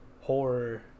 horror